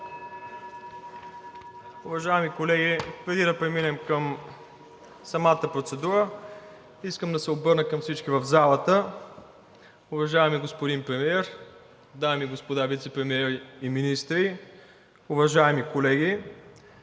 Уважаеми колеги, преди да преминем към самата процедура, искам да се обърна към всички в залата. Уважаеми господин Премиер, дами и господа вицепремиери и министри, уважаеми колеги!